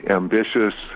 ambitious